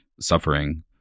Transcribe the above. suffering